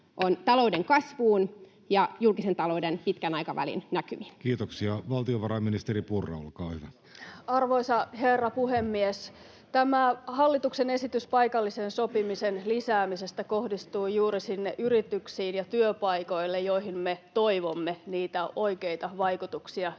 talouden kasvuun ja julkisen talouden pitkän aikavälin näkymiin? Kiitoksia. — Valtiovarainministeri Purra, olkaa hyvä. Arvoisa herra puhemies! Tämä hallituksen esitys paikallisen sopimisen lisäämisestä kohdistuu juuri sinne yrityksiin ja työpaikoille, joihin me toivomme niitä oikeita vaikutuksia työpaikkojen